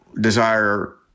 desire